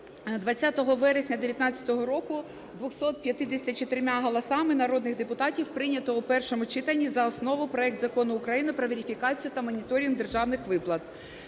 20 вересня 19-го року 254 голосами народних депутатів прийнято у першому читанні за основу проект Закону України про верифікацію та моніторинг державних виплат.